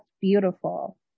beautiful